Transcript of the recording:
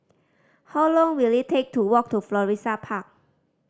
how long will it take to walk to Florissa Park